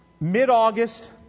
Mid-August